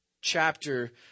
chapter